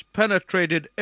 penetrated